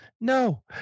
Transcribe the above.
No